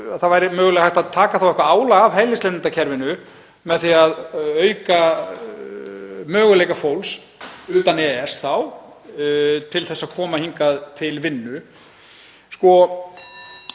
og það væri mögulega hægt að taka eitthvert álag af hælisleitendakerfinu með því að auka möguleika fólks utan EES til að koma hingað til vinnu. Nú